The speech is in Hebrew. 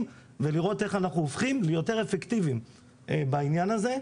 ולראות איך אנחנו הופכים ליותר אפקטיביים בעניין הזה,